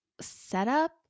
setup